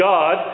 God